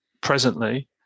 presently